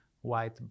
white